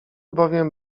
bowiem